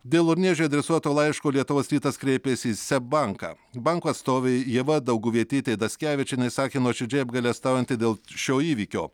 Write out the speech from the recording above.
dėl urniežiui adresuoto laiško lietuvos rytas kreipėsi į seb banką banko atstovė ieva dauguvietytė dackevičienė sakė nuoširdžiai apgailestaujanti dėl šio įvykio